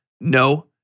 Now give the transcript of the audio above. No